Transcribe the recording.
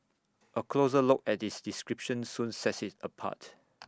A closer look at its description soon sets IT apart